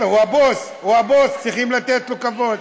הוא הבוס, צריכים לתת לו כבוד.